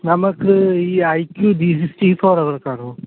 നമുക്ക് E I Q B sixty four worth ആണോ